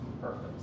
perfect